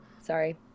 sorry